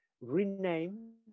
rename